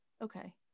okay